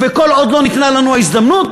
וכל עוד לא ניתנה לנו ההזדמנות,